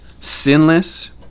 sinless